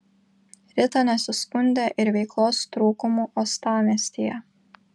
rita nesiskundė ir veiklos trūkumu uostamiestyje